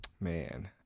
Man